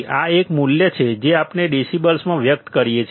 આ એક મૂલ્ય છે જે આપણે ડેસિબલ્સમાં વ્યક્ત કરીએ છીએ